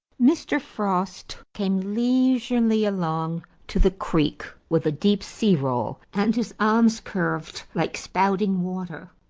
mr. frost came leisurely along to the creek with a deep sea-roll, and his arms curved like spouting water,